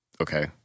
okay